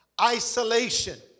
isolation